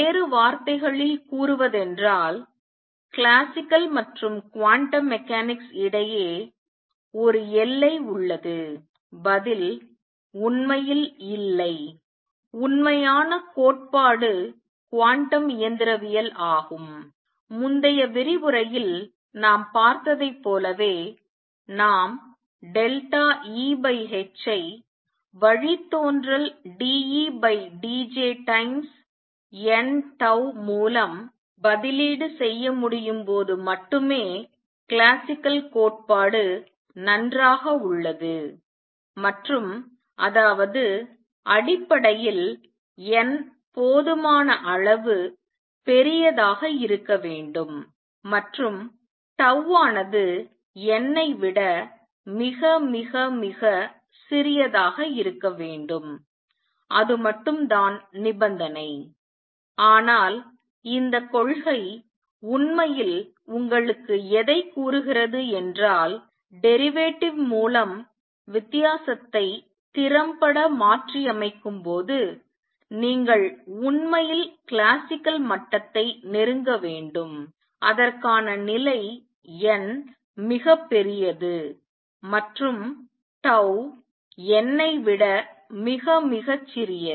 வேறு வார்த்தைகளில் கூறுவதென்றால் கிளாசிக்கல் மற்றும் குவாண்டம் மெக்கானிக்ஸ் இடையே ஒரு எல்லை உள்ளது பதில் உண்மையில் இல்லை உண்மையான கோட்பாடு குவாண்டம் இயந்திரவியல் ஆகும் முந்தைய விரிவுரையில் நாம் பார்த்ததைப் போலவே நாம் டெல்டா E by h ஐ வழித்தோன்றல் d E by d j times n tau மூலம் பதிலீடு செய்ய முடியும் போது மட்டுமே கிளாசிக்கல் கோட்பாடு நன்றாக உள்ளது மற்றும் அதாவது அடிப்படையில் n போதுமான அளவு பெரியதாக இருக்க வேண்டும் மற்றும் tau ஆனது n ஐ விட மிக மிக மிக சிறியதாக இருக்கவேண்டும் அது மட்டும் தான் நிபந்தனை ஆனால் இந்த கொள்கை உண்மையில் உங்களுக்கு எதை கூறுகிறது என்றால் டெரிவேட்டிவ் மூலம் வித்தியாசத்தை திறம்பட மாற்றியமைக்கும்போது நீங்கள் உண்மையில் கிளாசிக்கல் மட்டத்தை நெருங்க வேண்டும் அதற்கான நிலை n மிகப் பெரியது மற்றும் tau n ஐ விட மிக மிகச் சிறியது